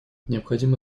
необходимо